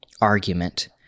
argument